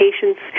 patients